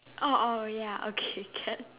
orh orh ya okay can